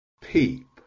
peep